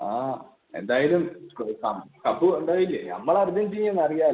ആ എന്തായാലും കപ്പ് കൊണ്ടുപോയില്ലേ നമ്മള് അർജൻറീനയാണ് അറിയാമല്ലോ